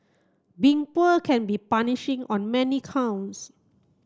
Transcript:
being poor can be punishing on many counts